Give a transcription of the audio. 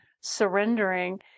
surrendering